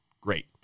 Great